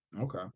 Okay